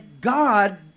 God